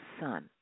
son